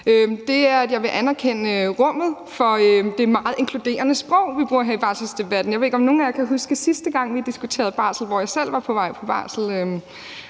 – er, at jeg vil anerkende rummet for det meget inkluderende sprog, vi bruger her i barselsdebatten. Jeg ved ikke, om nogle af jer kan huske, sidste gang vi diskuterede barsel, hvor jeg selv var på vej på barsel.